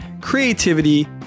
creativity